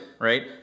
right